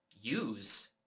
use